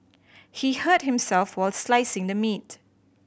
he hurt himself while slicing the meat